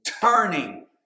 turning